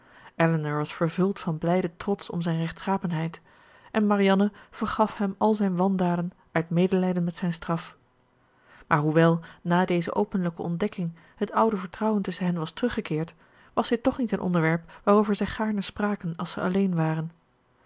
elinor was vervuld van blijden trots om zijn rechtschapenheid en marianne vergaf hem al zijn wandaden uit medelijden met zijn straf maar hoewel na deze openlijke ontdekking het oude vertrouwen tusschen hen was teruggekeerd was dit toch niet een onderwerp waarover zij gaarne spraken als zij alleen waren